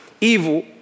evil